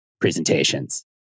presentations